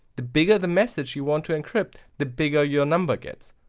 the bigger the message you want to encrypt, the bigger your number gets.